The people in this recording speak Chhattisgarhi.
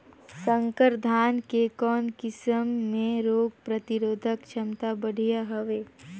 संकर धान के कौन किसम मे रोग प्रतिरोधक क्षमता बढ़िया हवे?